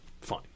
Fine